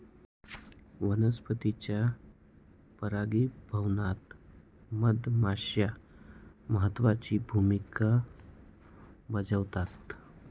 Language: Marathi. वनस्पतींच्या परागीभवनात मधमाश्या महत्त्वाची भूमिका बजावतात